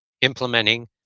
implementing